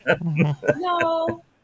no